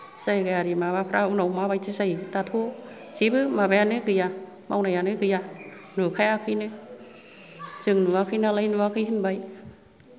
जायगायारि माबाफ्रा उनाव मा बायदि जायो दाथ' जेबो माबायानो गैया मावनायानो गैया नुखायाखैनो जों नुवाखै नालाय नुवाखै होनबाय